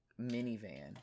minivan